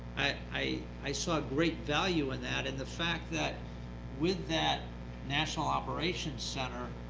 i i saw great value in that in the fact that with that national operations center,